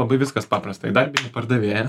labai viskas paprasta įdarbinti pardavėją